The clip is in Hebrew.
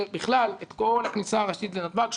בכלל כל הכניסה הראשית לנתב"ג.